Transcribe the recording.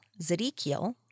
Zedekiel